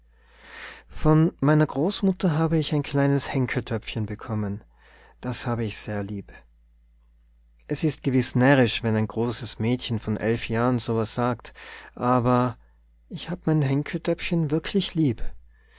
von meiner großmutter habe ich ein kleines henkeltöpfchen bekommen das habe ich sehr lieb es ist gewiß närrisch wenn ein großes mädchen von elf jahren so'was sagt aber ich habe mein henkeltöpfchen wirklich lieb